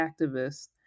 Activists